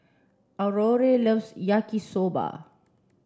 Aurore loves Yaki soba